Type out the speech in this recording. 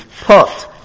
pot